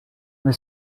may